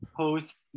host